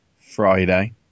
Friday